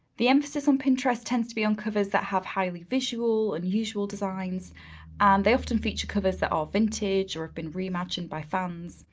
the emphasis on pinterest tends to on covers that have highly visual unusual designs. and they often feature covers that are vintage or have been reimagined by fans.